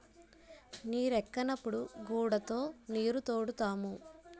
నీరెక్కనప్పుడు గూడతో నీరుతోడుతాము